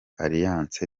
alliance